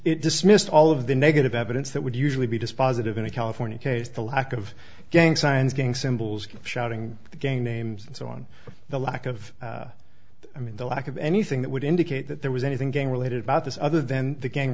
it dismissed all of the negative evidence that would usually be dispositive in a california case the lack of gang signs being symbols of shouting gay names and so on the lack of i mean the lack of anything that would indicate that there was anything gang related about this other than the gang